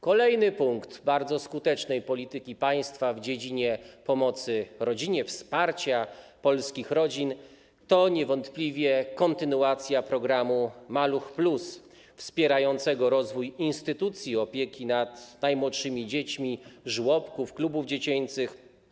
Kolejny punkt bardzo skutecznej polityki państwa w dziedzinie pomocy rodzinie, wsparcia polskich rodzin to niewątpliwie kontynuacja programu „Maluch+” wspierającego rozwój instytucji opieki nad najmłodszymi dziećmi: żłobków, klubów dziecięcych.